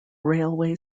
railway